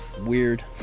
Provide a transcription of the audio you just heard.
weird